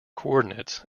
coordinates